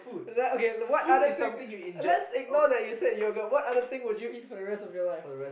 okay what other thing let's ignore you said yogurt what other thing would you eat for the rest of your life